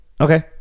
Okay